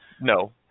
No